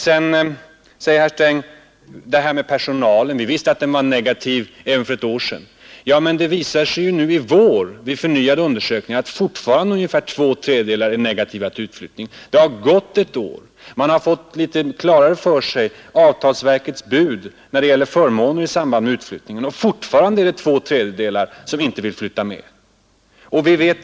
Finansministern sade också att vi redan för ett år sedan visste att personalen var negativ till utflyttningen. Ja, men det har ju nu i vår vid förnyad undersökning visat sig att två tredjedelar av personalen alltjämt är negativa till utflyttning. Det har alltså gått ett år, och man har nu fått mera klart för sig vad avtalsverkets bud innehåller när det gäller förmåner i samband med utflyttningen, men fortfarande är två tredjedelar inte villiga att flytta ut.